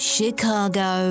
Chicago